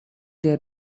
their